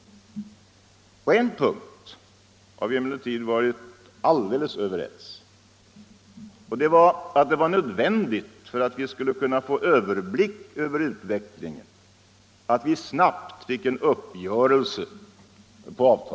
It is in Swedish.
På en punkt har vi emellertid varit alldeles överens — att det var nödvändigt med en snabb uppgörelse på avtalsmarknaden för att kunna få överblick över utvecklingen. Om det har enstämmighet rått.